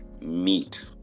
meat